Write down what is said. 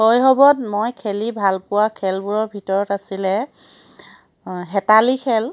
শৈশৱত মই খেলি ভাল পোৱা খেলবোৰৰ ভিতৰত আছিলে হেতালি খেল